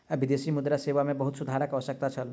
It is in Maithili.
विदेशी मुद्रा सेवा मे बहुत सुधारक आवश्यकता छल